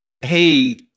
Hey